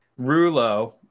Rulo